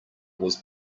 was